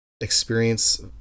experience